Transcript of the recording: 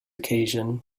occasion